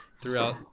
throughout